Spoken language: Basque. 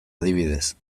adibidez